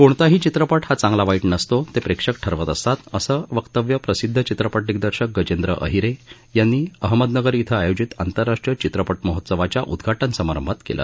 कोणताही चित्रपट हा चांगला वाईट नसतो ते प्रेक्षक ठरवत असतात असं वक्तव्य प्रसिद्द चित्रपट दिग्दर्शक गजेंद्र अहिरे यांनी अहमदनगर इथं आयोजीत आंतरराष्ट्रीय चित्रपट महोत्सवाच्या उदघाटन समारंभात केलं